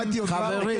מתוך 1.2 מיליון,